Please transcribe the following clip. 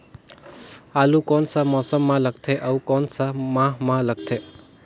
आलू कोन सा मौसम मां लगथे अउ कोन सा माह मां लगथे?